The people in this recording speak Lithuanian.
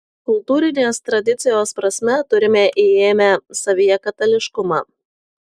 kultūrinės tradicijos prasme turime įėmę savyje katalikiškumą